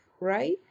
right